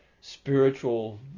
spiritual